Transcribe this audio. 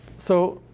so,